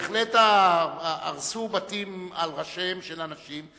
בהחלט הרסו בתים על ראשיהם של אנשים,